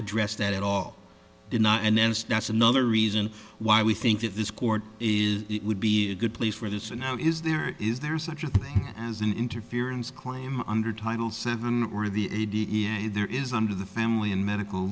address that at all and then starts another reason why we think that this court is it would be a good place for this and how is there is there such a thing as an interference claim under title seven or the a d n a there is under the family and medical